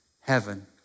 heaven